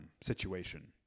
situation